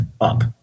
up